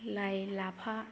लाइ लाफा